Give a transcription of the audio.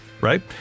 Right